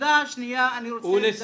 הנקודה השנייה, אני רוצה --- ולסיכום.